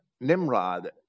Nimrod